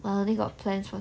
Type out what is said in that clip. well I only got plans for